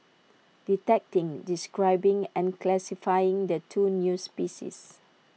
detecting describing and classifying the two new species